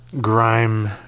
Grime